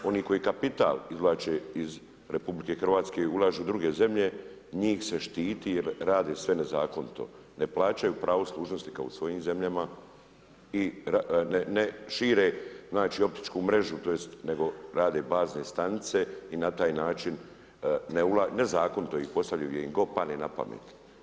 Oni koji kapital izvlače iz RH ulažu u druge zemlje, njih se štiti jer rade sve nezakonito, ne plaćaju pravo služnosti kao u svojim zemljama i ne šire optičku mrežu, tj. nego rade bazne stanice i na taj način, nezakonito ih postavljaju gdje im god padne na pamet.